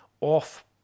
off